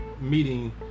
meeting